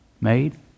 made